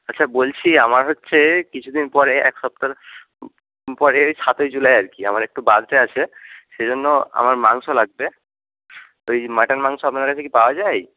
আচ্ছা বলছি আমার হচ্ছে কিছুদিন পরে এক সপ্তাহ পরে সাতই জুলাই আর কি আমার একটু বার্থডে আছে সেই জন্য আমার মাংস লাগবে ওই মাটন মাংস আপনাদের কি পাওয়া যায়